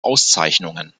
auszeichnungen